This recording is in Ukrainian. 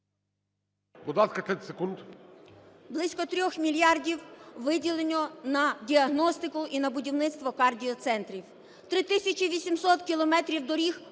Близько 3 мільярдів виділено на діагностику і на будівництво кардіоцентрів. 3 тисячі 800 кілометрів доріг